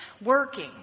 working